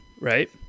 right